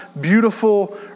beautiful